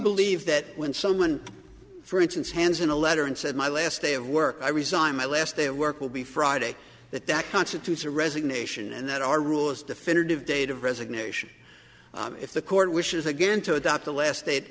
believe that when someone for instance hands in a letter and said my last day of work i resigned my last day of work will be friday that that constitutes a resignation and that our rule is definitive date of resignation if the court wishes again to adopt